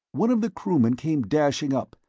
one of the crewmen came dashing up,